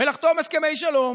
לחתום על הסכמי שלום